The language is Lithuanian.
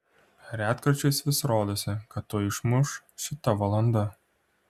retkarčiais vis rodosi kad tuoj išmuš šita valanda